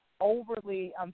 overly